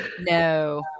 No